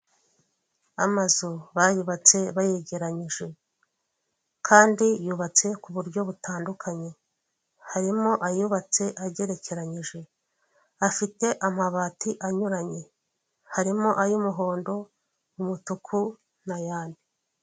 Amazu bayubatse bayegeranyije, kandi yubatse kuburyo butandukanye. Harimo ayubatse agerekeranyije. Afite amabati anyuranye harimo ay'umuhondo, umutuku, n'ayandi.